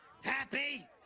Happy